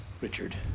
Richard